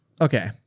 Okay